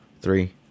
Three